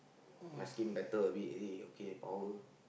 my skin better a bit already okay power